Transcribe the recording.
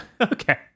Okay